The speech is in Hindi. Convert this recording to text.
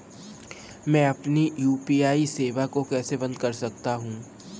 मैं अपनी यू.पी.आई सेवा को कैसे बंद कर सकता हूँ?